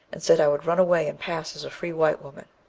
and said i would run away and pass as a free white woman.